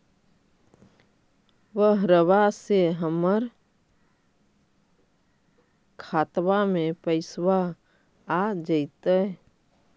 बहरबा से हमर खातबा में पैसाबा आ जैतय?